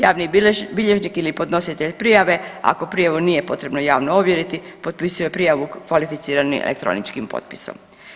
Javni bilježnik ili podnositelj prijave ako prijavu nije potrebno javno ovjeriti potpisuje prijavu kvalificiranim elektroničkim potpisom.